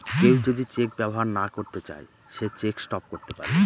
কেউ যদি চেক ব্যবহার না করতে চাই সে চেক স্টপ করতে পারবে